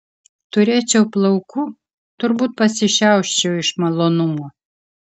turėčiau plaukų turbūt pasišiauščiau iš malonumo